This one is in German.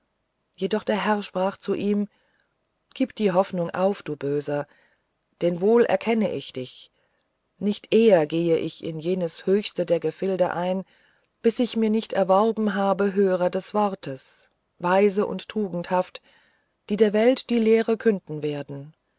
jedoch der herr sprach zu ihm gib die hoffnung auf du böser denn wohl erkenne ich dich nicht eher gehe ich in jenes höchste der gefilde ein bis ich mir nicht erworben habe hörer des worts weise und tugendhafte die der welt die lehre künden werden